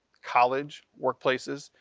college, workplaces,